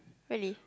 really